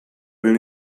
will